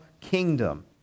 kingdom